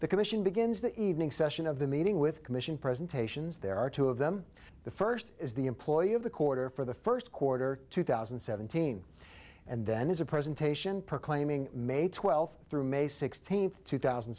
the commission begins the evening session of the meeting with commission presentations there are two of them the first is the employee of the quarter for the first quarter two thousand and seventeen and then is a presentation proclaiming may twelfth through may sixteenth two thousand